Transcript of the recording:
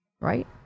right